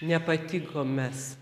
nepatikom mes